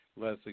Leslie